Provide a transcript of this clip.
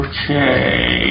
Okay